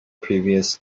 previous